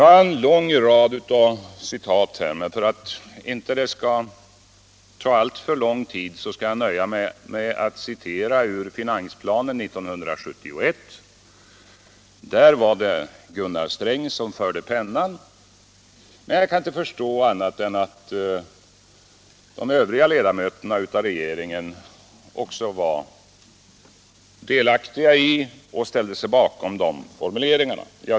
Jag har en lång rad av citat här, men för att inte uppta alltför lång tid skall jag nöja mig med att citera ur finansplanen 1971. Där var det Gunnar Sträng som förde pennan, men jag kan inte förstå annat än att de övriga ledamöterna av regeringen var delaktiga i och ställde sig bakom formuleringarna i den.